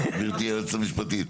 גבירתי היועצת המשפטית.